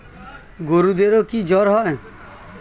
গরুদেরও কি জ্বর হয়?